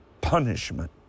punishment